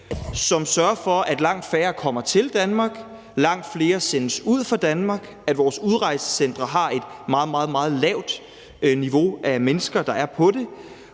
som sørger for, at langt færre kommer til Danmark, at langt flere sendes ud af Danmark, at vores udrejsecentre har et meget, meget lavt niveau af mennesker, der er på dem,